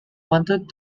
wanted